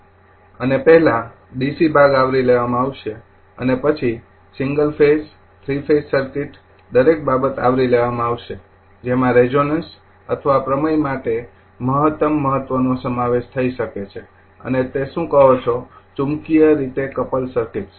અને પહેલા ડીસી ભાગ આવરી લેવામાં આવશે અને પછી single phase three phase circuit દરેક બાબત આવરી લેવામાં આવશે જેમાં રેઝોનન્સઅથવા પ્રમેય માટે મહતમ નો સમાવેશ થઈ શકે અને તે શું કહો છો ચુંબકીય રીતે કપલ સર્કિટ્સ